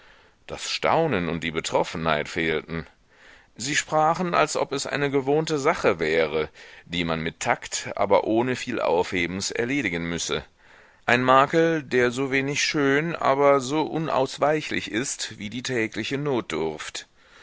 das staunen und die betroffenheit fehlten sie sprachen als ob es eine gewohnte sache wäre die man mit takt aber ohne viel aufhebens erledigen müsse ein makel der so wenig schön aber so unausweichlich ist wie die tägliche notdurft